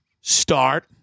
Start